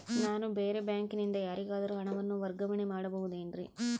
ನಾನು ಬೇರೆ ಬ್ಯಾಂಕಿನಿಂದ ಯಾರಿಗಾದರೂ ಹಣವನ್ನು ವರ್ಗಾವಣೆ ಮಾಡಬಹುದೇನ್ರಿ?